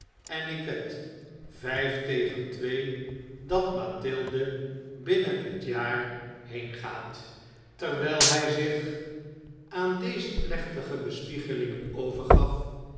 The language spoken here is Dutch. en ik wed vijf tegen twee dat mathilde binnen het jaar heengaat terwijl hij zich aan deze plechtige bespiegelingen overgaf en